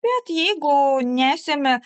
bet jeigu nesemia